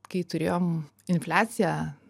kai turėjom infliaciją